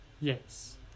Yes